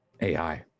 AI